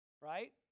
Right